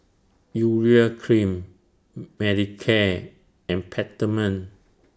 Urea Cream Manicare and Peptamen